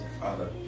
father